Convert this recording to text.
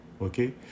Okay